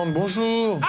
bonjour